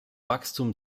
wachstum